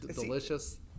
Delicious